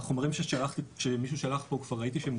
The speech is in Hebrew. מהחומרים שמישהו שלח פה כבר ראיתי שהם